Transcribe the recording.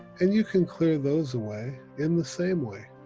and you can clear those away in the same way.